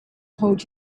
hold